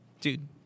dude